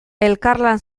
elkarlan